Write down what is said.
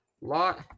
Lot